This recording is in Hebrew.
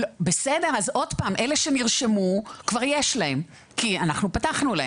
אלה שנרשמו, כבר יש להם כי אנחנו פתחנו להם.